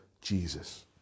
Jesus